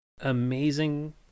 Amazing